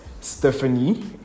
Stephanie